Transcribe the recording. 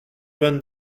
vingt